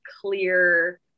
clear